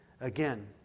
again